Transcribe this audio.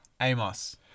Amos